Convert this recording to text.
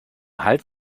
halt